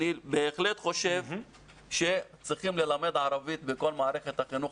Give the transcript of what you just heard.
אני בהחלט חושב שצריכים ללמד ערבית בכל מערכת החינוך